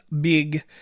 big